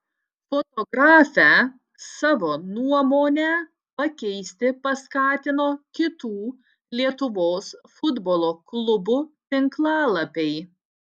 fotografę savo nuomonę pakeisti paskatino kitų lietuvos futbolo klubų tinklalapiai